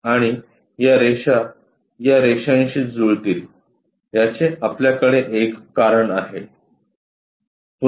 आणि या रेषा या रेषांशी जुळतील याचे आपल्याकडे एक कारण आहे